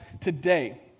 today